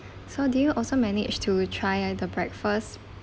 so did you also managed to try the breakfast